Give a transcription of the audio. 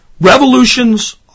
Revolutions